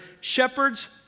shepherds